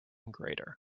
greater